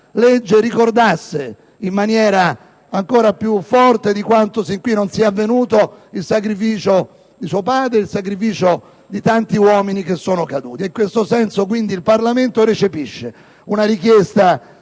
ricordasse, in maniera ancora più forte di quanto sin qui non sia avvenuto, il sacrificio di suo padre e di tanti uomini che sono caduti. In questo senso il Parlamento recepisce una richiesta